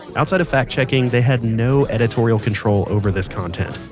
outside of fact checking, they had no editorial control over this content.